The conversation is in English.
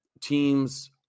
teams